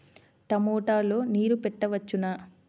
టమాట లో నీరు పెట్టవచ్చునా?